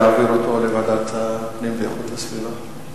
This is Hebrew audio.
להעביר אותו לוועדת הפנים והגנת הסביבה.